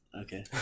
Okay